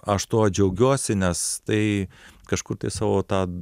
aš tuo džiaugiuosi nes tai kažkur tai savo tą